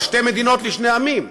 על שתי מדינות לשני עמים,